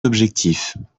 objectifs